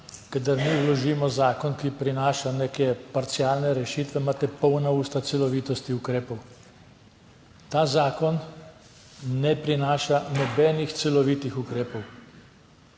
kadar mi vložimo zakon, ki prinaša neke parcialne rešitve imate polna usta celovitosti ukrepov. Ta zakon ne prinaša nobenih celovitih ukrepov